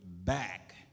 back